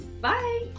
Bye